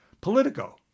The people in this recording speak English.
Politico